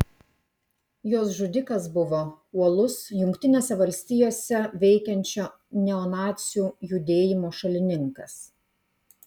jos žudikas buvo uolus jungtinėse valstijose veikiančio neonacių judėjimo šalininkas